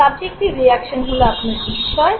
subjective reaction হলো আপনার বিস্ময়